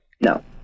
No